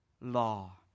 law